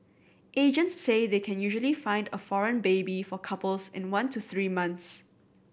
agents say they can usually find a foreign baby for couples in one to three months